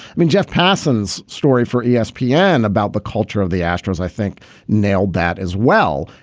i mean jeff parsons story for espn yeah and about the culture of the astros i think nailed that as well.